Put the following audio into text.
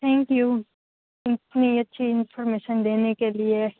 thank you ઇતની અચ્છી information દેને કે લીએ